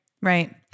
Right